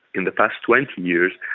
in the past twenty years,